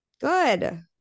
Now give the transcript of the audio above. good